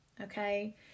okay